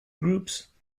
groups